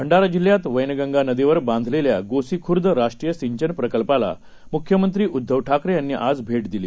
भंडारा जिल्ह्यात वैनगंगा नदीवर बांधलेल्या गोसीखुर्द राष्ट्रीय सिंचन प्रकल्पाला मुख्यमंत्री उद्दव ठाकरे यांनी आज भेट दिली